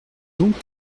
donc